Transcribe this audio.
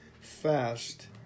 fast